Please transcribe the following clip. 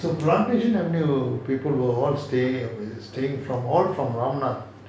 so plantation avenue people will all stay staying from all from ramnath